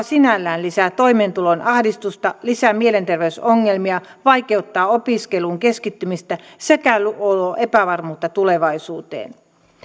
sinällään lisää toimeentulon ahdistusta lisää mielenterveysongelmia vaikeuttaa opiskeluun keskittymistä sekä luo luo epävarmuutta tulevaisuuteen